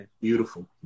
Beautiful